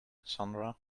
sandra